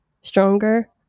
stronger